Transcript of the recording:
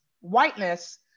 whiteness